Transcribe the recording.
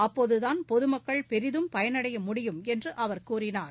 அப்போதுதான் பொதுமக்கள் பெரிதும் பயனடைய முடியும் என்று அவர் கூறினார்